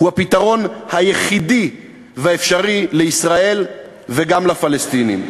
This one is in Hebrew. זה הפתרון היחידי והאפשרי לישראל וגם לפלסטינים.